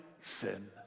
sin